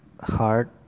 hard